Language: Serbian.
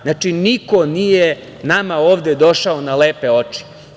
Znači, niko nije nama došao ovde na lepe oči.